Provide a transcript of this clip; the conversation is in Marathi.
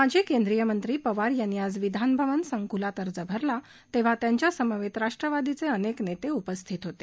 माजी केंद्रीय मंत्री पवार यांनी आज विधानभवन संकूलात अर्ज भरला तेव्हा त्यांच्यासमवेत राष्ट्रवादीचे अनेक नेते उपस्थित होते